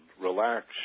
relax